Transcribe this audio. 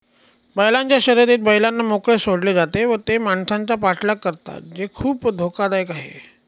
बैलांच्या शर्यतीत बैलांना मोकळे सोडले जाते व ते माणसांचा पाठलाग करतात जे खूप धोकादायक आहे